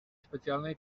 specjalnej